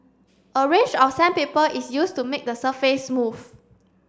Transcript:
a range of sandpaper is used to make the surface smooth